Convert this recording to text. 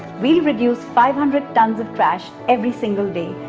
we'll reduce five hundred tons of trash every single day,